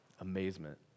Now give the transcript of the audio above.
amazement